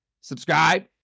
subscribe